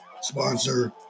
sponsor